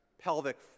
pelvic